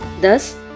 Thus